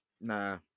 Nah